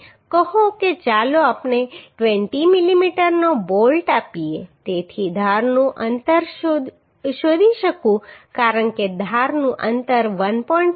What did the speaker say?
કહો કે ચાલો આપણે 20 mm નો બોલ્ટ આપીએ તેથી ધારનું અંતર હું શોધી શકું કારણ કે ધારનું અંતર 1